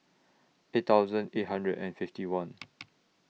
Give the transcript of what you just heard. eight thousand eight hundred and fifty one